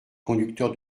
conducteur